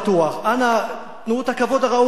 אנא, תנו את הכבוד הראוי לדיון הזה.